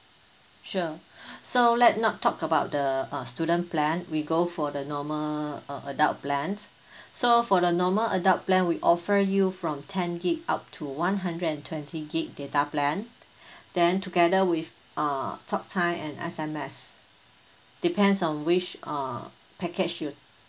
sure so let not talk about the uh student plan we go for the normal uh adult plan so for the normal adult plan we offer you from ten gig up to one hundred and twenty gig data plan then together with uh talk time and S_M_S depends on which uh package you